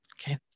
Okay